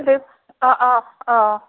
অঁ অঁ অঁ